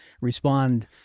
respond